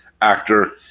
Actor